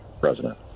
president